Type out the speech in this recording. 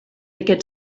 aquest